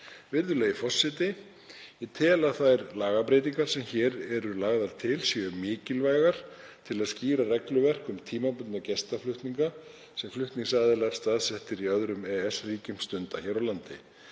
Virðulegi forseti. Ég tel að þær lagabreytingar sem hér eru lagðar til séu mikilvægar til að skýra regluverk um tímabundna gestaflutninga sem flutningsaðilar staðsettir í öðrum EES-ríkjum stunda hér á landi.